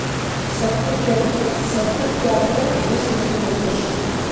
सप्तत्यधिकद्विसहस्रतमवर्षम्